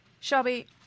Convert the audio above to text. Shelby